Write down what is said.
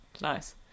Nice